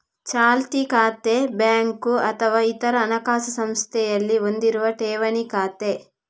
ಚಾಲ್ತಿ ಖಾತೆ ಬ್ಯಾಂಕು ಅಥವಾ ಇತರ ಹಣಕಾಸು ಸಂಸ್ಥೆಯಲ್ಲಿ ಹೊಂದಿರುವ ಠೇವಣಿ ಖಾತೆ